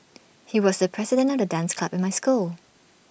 he was the president of the dance club in my school